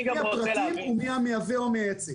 תוכלו לראות את כל הבקשות ייצוא מי המייבא או המייצא.